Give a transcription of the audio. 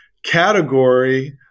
category